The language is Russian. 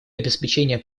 обеспечение